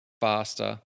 faster